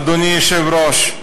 אדוני היושב-ראש,